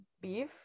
beef